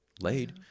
laid